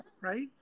right